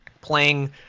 playing